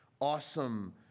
awesome